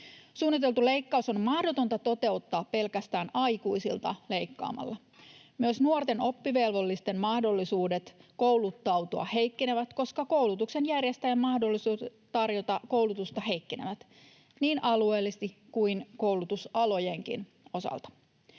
Suunniteltu leikkaus on mahdotonta toteuttaa pelkästään aikuisilta leikkaamalla. Myös nuorten oppivelvollisten mahdollisuudet kouluttautua heikkenevät, koska koulutuksen järjestäjän mahdollisuus tarjota koulutusta heikkenevät niin alueellisesti kuin koulutusalojenkin osalta.